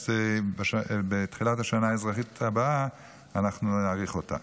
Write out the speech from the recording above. אז בתחילת השנה האזרחית הבאה אנחנו נאריך אותה.